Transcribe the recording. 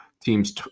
teams